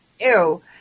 ew